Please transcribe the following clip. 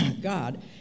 God